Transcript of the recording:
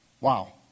Wow